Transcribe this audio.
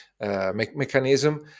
mechanism